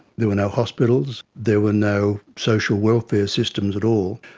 there were no hospitals, there were no social welfare systems at all,